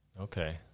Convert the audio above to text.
Okay